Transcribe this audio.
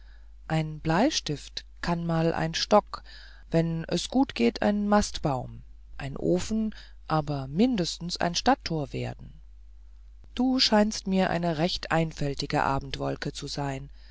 ein bleistift kann mal ein stock wenn es gut geht ein mastbaum ein ofen aber mindestens ein stadttor werden du scheinst mir eine recht einfältige abendwolke zu sein